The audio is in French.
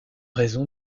raison